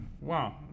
Wow